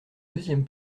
deuxième